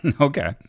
Okay